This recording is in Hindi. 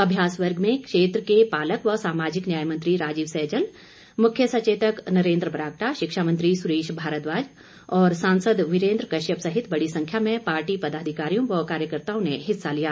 अभ्यास वर्ग में क्षेत्र के पालक व सामाजिक न्याय मंत्री राजीव सहजल मुख्य सचेतक नरेन्द्र बरागटा शिक्षा मंत्री सुरेश भारद्वाज और सांसद वीरेन्द्र कश्यप सहित बड़ी संख्या में पार्टी पदाधिकारियों व कार्यकर्ताओं ने हिस्सा लिया